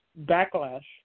Backlash